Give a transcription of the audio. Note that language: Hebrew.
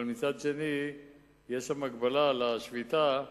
אבל מצד שני יש שם הגבלה על השביתה,